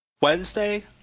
Wednesday